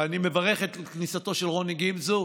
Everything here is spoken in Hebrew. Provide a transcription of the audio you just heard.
ואני מברך את כניסתו של רוני גמזו,